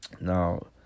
now